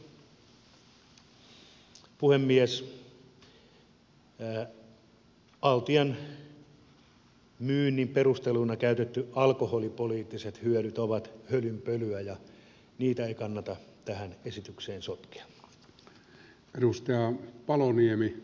altian myynnin perusteluna käytetyt alkoholipoliittiset hyödyt ovat hölynpölyä ja niitä ei kannata tähän esitykseen sotkea